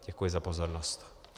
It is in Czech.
Děkuji za pozornost.